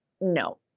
no